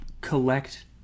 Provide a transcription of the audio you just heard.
collect